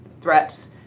threats